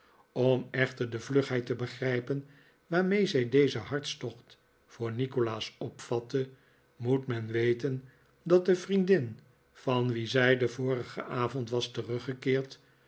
om echter de vlugheid te begrijpen waarmee zij dezen hartstocht voor nikolaas opvatte moet men weten dat de vriendin van wie zij den vorigen avond was teruggekeerd